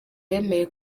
yemeye